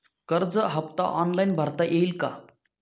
कर्ज हफ्ता ऑनलाईन भरता येईल का?